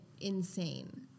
insane